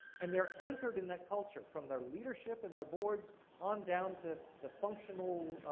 and, they're anchored in that culture, from their leadership in their boards on down to the functional